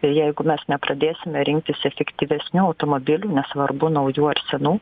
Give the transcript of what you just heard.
jeigu mes nepradėsime rinktis efektyvesnių automobilių nesvarbu naujų ar senų